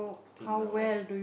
till now my